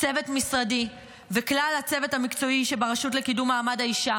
צוות משרדי וכלל הצוות המקצועי של הרשות לקידום מעמד האישה